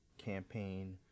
campaign